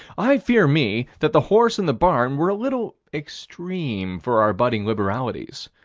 i fear me that the horse and the barn were a little extreme for our budding liberalities.